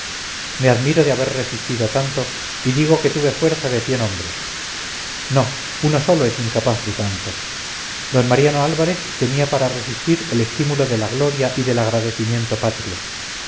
me admiro de haber resistido tanto y digo que tuve fuerza de cien hombres no uno solo es incapaz de tanto d mariano álvarez tenía para resistir el estímulo de la gloria y del agradecimiento patrio